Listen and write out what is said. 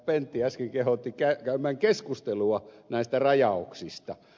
pentti äsken kehotti käymään keskustelua näistä rajauksista